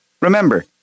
Remember